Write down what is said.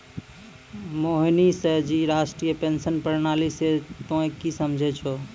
मोहनीश जी राष्ट्रीय पेंशन प्रणाली से तोंय की समझै छौं